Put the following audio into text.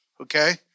okay